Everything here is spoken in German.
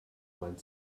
meint